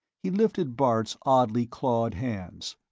he lifted bart's oddly clawed hands.